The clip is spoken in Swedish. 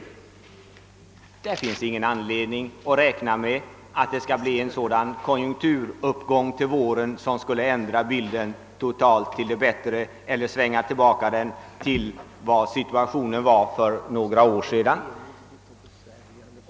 På dessa områden finns det ingen anledning att räkna med en sådan konjunkturuppgång till våren, att den skulle ändra bilden så totalt till det bättre eller svänga tiden tillbaka till vad situationen var för några år sedan.